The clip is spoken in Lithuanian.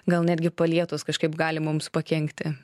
gal netgi palietus kažkaip gali mums pakenkti